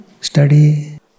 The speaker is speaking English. study